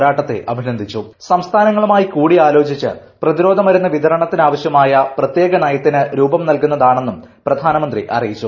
പോരാട്ടത്തെ സംസ്ഥാനങ്ങൾ സംസ്ഥാനങ്ങളുമായി കൂടിയാലോചിച്ച് പ്രതിരോധമരുന്ന് വിതരണത്തിന് ആവശ്യമായ പ്രത്യേക നയത്തിന് രൂപം നൽകുന്നതാണെന്നും പ്രധാനമന്ത്രി അറിയിച്ചു